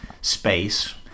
space